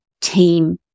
team